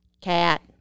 cat